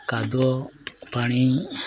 କାଦୁଅ ପାଣି